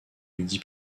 midi